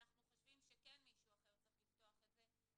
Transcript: אנחנו חושבים שמישהו אחר צריך לפתוח את זה,